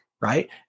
right